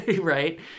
right